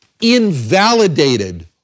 invalidated